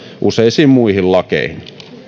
useisiin muihin lakeihin kiitos